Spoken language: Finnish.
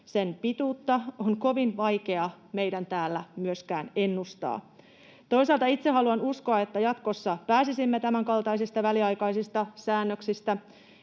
sen pituutta, on kovin vaikea meidän täällä myöskään ennustaa. Toisaalta itse haluan uskoa, että jatkossa pääsisimme tämänkaltaisista väliaikaisista säännöksistä,